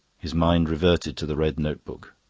his mind reverted to the red notebook.